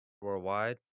Worldwide